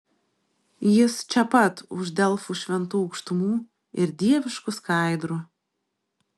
jis čia pat už delfų šventų aukštumų ir dieviškų skaidrų